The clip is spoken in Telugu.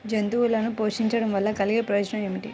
జంతువులను పోషించడం వల్ల కలిగే ప్రయోజనం ఏమిటీ?